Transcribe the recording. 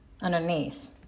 underneath